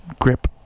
Grip